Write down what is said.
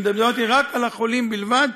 אני דיברתי על החולים בלבד,